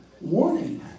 warning